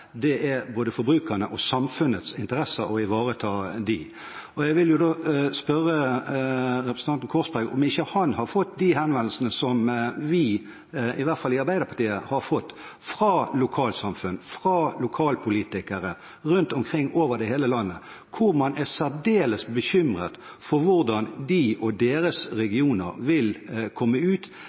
å ivareta både forbrukerne og samfunnets interesser. Men da vil jeg spørre representanten Korsberg om ikke han har fått de henvendelsene som vi, i hvert fall i Arbeiderpartiet, har fått, fra lokalsamfunn og fra lokalpolitikere rundt omkring i hele landet, som er særdeles bekymret for hvordan de og deres regioner vil komme ut